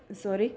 sorry